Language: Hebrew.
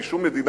כי שום מדינה,